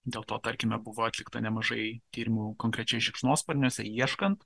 dėl to tarkime buvo atlikta nemažai tyrimų konkrečiai šikšnosparniuose ieškant